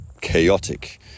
chaotic